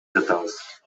жатабыз